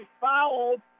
fouled